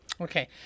Okay